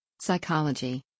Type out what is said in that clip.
Psychology